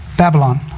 Babylon